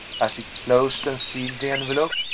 as he closed and sealed the envelope,